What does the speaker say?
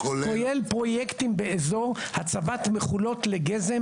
כולל פרויקטים באזור הצבת מכולות לגזם